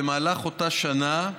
במהלך אותה שנה,